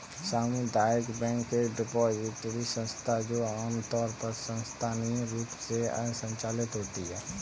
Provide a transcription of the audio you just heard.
सामुदायिक बैंक एक डिपॉजिटरी संस्था है जो आमतौर पर स्थानीय रूप से संचालित होती है